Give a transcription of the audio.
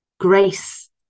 Grace